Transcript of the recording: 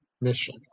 mission